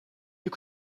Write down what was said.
you